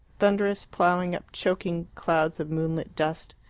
thunderous, ploughing up choking clouds of moonlit dust.